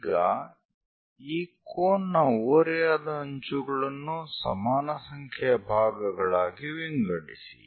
ಈಗ ಈ ಕೋನ್ ನ ಓರೆಯಾದ ಅಂಚುಗಳನ್ನು ಸಮಾನ ಸಂಖ್ಯೆಯ ಭಾಗಗಳಾಗಿ ವಿಂಗಡಿಸಿ